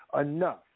enough